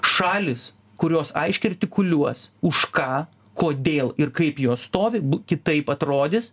šalys kurios aiškiai artikuliuos už ką kodėl ir kaip jos stovi kitaip atrodys